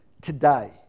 today